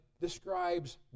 describes